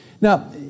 Now